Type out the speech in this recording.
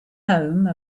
home